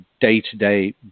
day-to-day